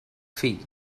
fill